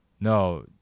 No